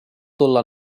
tulla